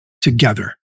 together